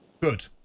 Good